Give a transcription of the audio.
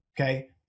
Okay